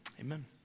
Amen